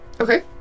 Okay